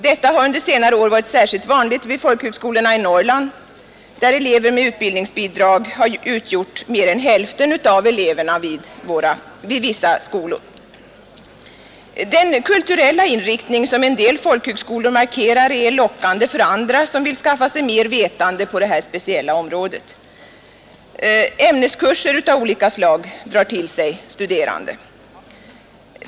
Detta har under senare år varit särskilt vanligt vid folkhögskolorna inom Norrland, där elever med utbildningsbidrag utgjort mer än hälften av eleverna vid vissa skolor. Den kulturella inriktning som en del folkhögskolor markerar är lockande för dem, som vill skaffa sig mer vetande på detta speciella område. Ämneskurser av olika slag drar till sig studerande.